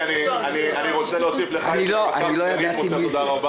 --- אני רוצה להוסיף תודה רבה,